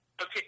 Okay